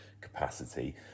capacity